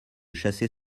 chasser